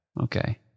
okay